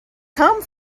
come